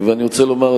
ואני רוצה לומר,